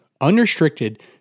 unrestricted